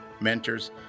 mentors